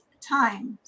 times